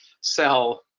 sell